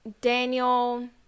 Daniel